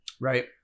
Right